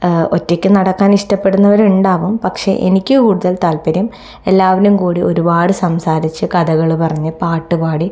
ഒറ്റയ്ക്ക് നടക്കാൻ ഇഷ്ട്ടപെടുന്നവരുണ്ടാവും പക്ഷേ എനിക്ക് കൂടുതൽ താൽപര്യം എല്ലാവരും കൂടി ഒരുപാട് സംസാരിച്ച് കഥകൾ പറഞ്ഞ് പാട്ടുപാടി